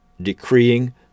decreeing